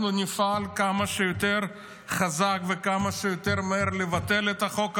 אנחנו נפעל כמה שיותר חזק וכמה שיותר מהר לבטל את חוק הלאום,